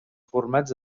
formats